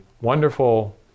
wonderful